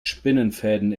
spinnenfäden